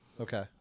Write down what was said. Okay